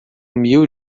mil